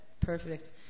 perfect